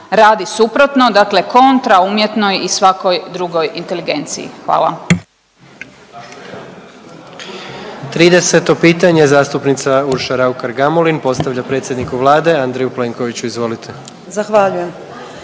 radi suprotno, dakle kontra umjetnoj i svakoj drugoj inteligenciji. Hvala.